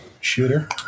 shooter